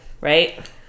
right